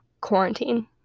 quarantine